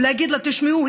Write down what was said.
ולהגיד לה: תשמעו,